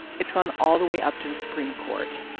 it's gone all the way up to the supreme court.